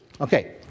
okay